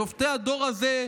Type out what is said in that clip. שופטי הדור הזה,